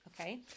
Okay